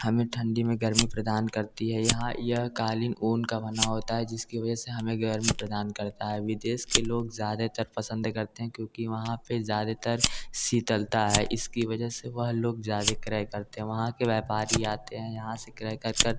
हमें ठंडी में गर्मी प्रदान करती है यहाँ यह क़ालीन ऊन का बना होता है जिसकी वजह से हमें गर्मी प्रदान करता है विदेश के लोग ज़्यादातर पसंद करते हैं क्योंकि वहाँ पर ज्यादातर शीतलता है इसकी वजह से वह लोग ज़्यादा क्रय करते हैं वहाँ के व्यापारी आते हैं यहाँ से क्रय कर कर